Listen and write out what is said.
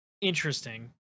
interesting